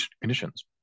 conditions